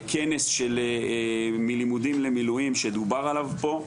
כנס של מלימודים למילואים שדובר עליו פה.